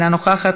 אינה נוכחת,